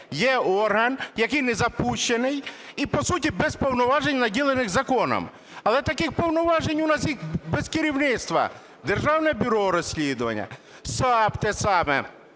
Є орган, який не запущений, і по суті без повноважень наділених законом. Але таких повноважень… у нас їх без керівництва: Державне бюро розслідувань, САП – те саме.